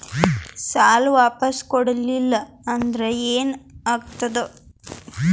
ಸಾಲ ವಾಪಸ್ ಕೊಡಲಿಲ್ಲ ಅಂದ್ರ ಏನ ಆಗ್ತದೆ?